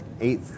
eight